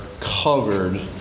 covered